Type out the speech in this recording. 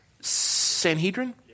Sanhedrin